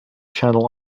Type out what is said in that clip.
channel